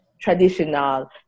traditional